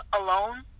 alone